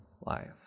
life